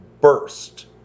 burst